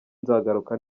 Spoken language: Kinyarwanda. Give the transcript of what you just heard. nzagaruka